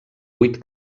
vuit